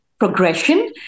progression